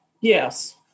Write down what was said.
Yes